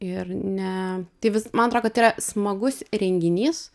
ir ne tai vis man atro kad tai yra smagus renginys